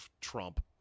Trump